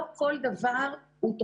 לא כל דבר מצריך